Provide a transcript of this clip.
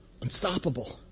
unstoppable